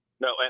No